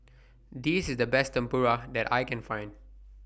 This IS The Best Tempura that I Can Find